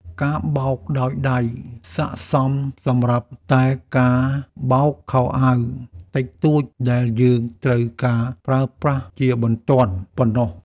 ការបោកដោយដៃស័ក្តិសមសម្រាប់តែការបោកខោអាវតិចតួចដែលយើងត្រូវការប្រើប្រាស់ជាបន្ទាន់ប៉ុណ្ណោះ។